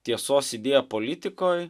tiesos idėją politikoj